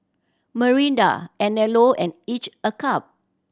Mirinda Anello and Each a Cup